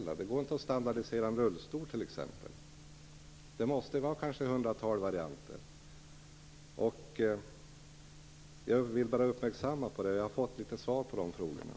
Det går t.ex. inte att standardisera en rullstol, utan det måste finns kanske ett hundratal varianter. Jag har fått några svar på frågorna jag ställde om detta. Tack.